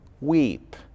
weep